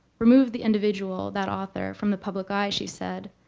remove the individual, that author from the public eye she said,